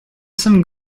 some